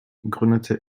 gründete